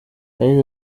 yagize